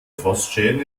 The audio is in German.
frostschäden